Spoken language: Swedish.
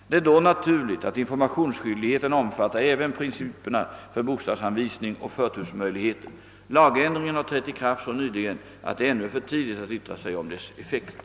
Det är då naturligt att informationsskyldigheten omfattar även principerna för bostadsanvisning och förtursmöjligheter. Lagändringen har trätt i kraft så nyligen att det ännu är för tidigt att yttra sig om dess effekt.